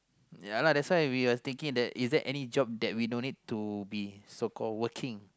yeah lah that's why we were thinking that is there any job that we no need to be so called working